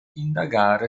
indagare